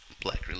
black